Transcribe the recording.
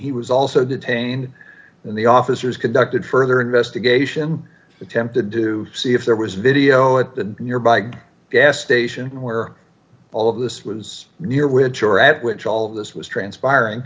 he was also detained in the officers conducted further investigation attempted to see if there was video at the nearby gas station where all of this was near which are at which all of this was transpiring